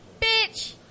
bitch